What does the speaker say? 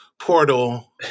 portal